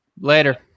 Later